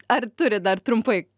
ar turit dar trumpai